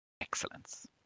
excellence